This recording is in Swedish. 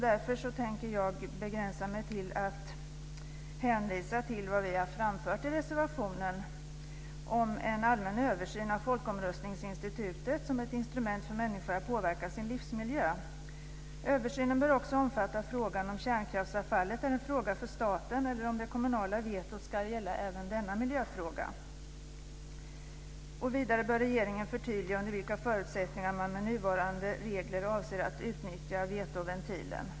Därför tänker jag begränsa mig till att hänvisa till vad vi har framfört i reservationen om en allmän översyn av folkomröstningsinstitutet som ett instrument för människor att påverka sin livsmiljö. Översynen bör också omfatta frågan om ifall kärnkraftsavfallet är en fråga för staten eller om det kommunala vetot ska gälla även denna miljöfråga. Vidare bör regeringen förtydliga under vilka förutsättningar man med nuvarande regler avser att utnyttja vetoventilen.